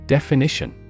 Definition